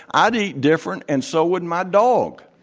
i'd eat different, and so would my dog.